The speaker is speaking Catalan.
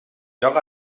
joc